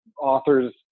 authors